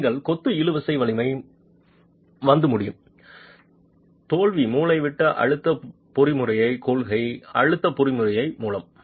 நீங்கள் கொத்து இழுவிசை வலிமை வந்து முடியும் தோல்வி மூலைவிட்ட அழுத்த பொறிமுறையை கொள்கை அழுத்த பொறிமுறையை மூலம்